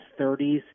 30s